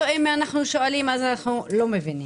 או אם אנחנו שואלים אז אנחנו לא מבינים.